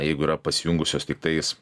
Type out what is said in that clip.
jeigu yra pasijungusios tiktais